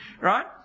Right